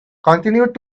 continued